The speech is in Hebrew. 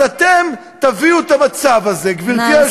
אתם מסוגלים.